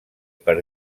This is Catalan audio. per